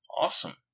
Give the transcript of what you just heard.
Awesome